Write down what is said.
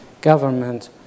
government